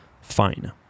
Fine